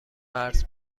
قرض